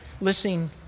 listening